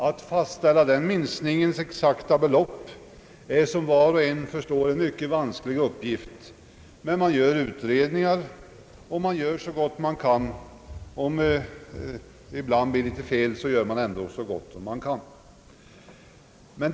Att fastställa det exakta beloppet av denna minskning är som var och en förstår en mycket vansklig uppgift, men man utreder och gör så gott man kan — låt vara att det ibland blir litet fel.